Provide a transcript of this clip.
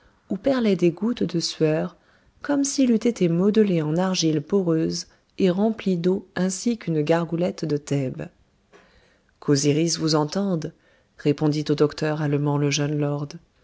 où perlaient des gouttes de sueur comme s'il eût été modelé en argile poreuse et rempli d'eau ainsi qu'une gargoulette de thèbes qu'osiris vous entende répondit au docteur allemand le jeune lord